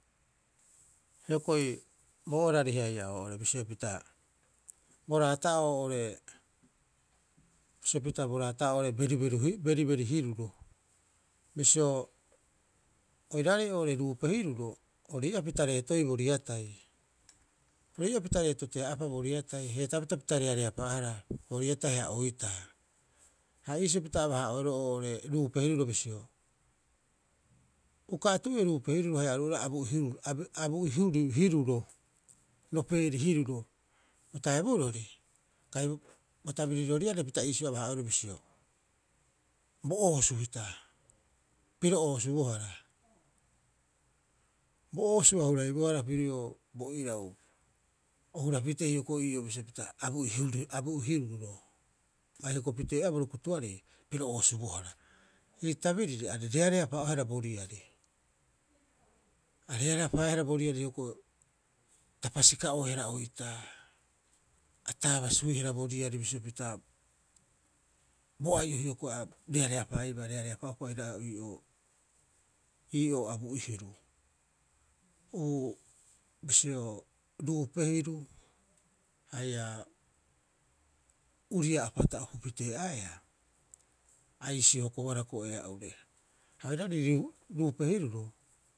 Hioko'i bo orari haia oo'ore bisio pita bo raata'oo oo'ore, bisio pita bo raata'oo oo'ore beruberu, beriberi hiruro. Bisio oiraarei oo'ore ruupe hiruro ori ii'aa pita reetoiiu bo riatai. Ori ii'aa pita reetotea'aapa bo riatai heetaapita pita reareapaa'aahara bo riatai haia oitaa. Ha iisio pita aba- haa'oeroo oo'ore ruupe hiruro bisio, uka atu'io ruupe hiruro haia oru oira abu'i hiruro, roopeeri hiruro. Bo taiburori kai bo tabiriroriarei pita iisio aba- haaoero bisio, bo oosu hita, piro oosu bohara, bo oosu a huraibohara pirio bo irau, o hurapitee hioko'i ii'oo bisio pita abu'i hiruro. Bai hoko pitee'oeaa bo rukutuarei piro oosubohara. Ii tabiriri aarei reareapaa'oehara bo riari, arearepaehara bo riari hioko'i ta pasika'oehara oitaa. A taabasuihara bo riari bisio pita bo ai'o hioko'i a reeareapaaiba, reareapaa'opa oiraarei ii'oo ii'oo abu'i hiru. Uu bisio ruupe hiru haia uria apata opu pitee'aeaa, a iisio hokobohara hioko'i ea'ure. Ha oiraarei ruupe hiruro.